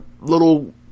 little